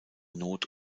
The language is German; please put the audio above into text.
not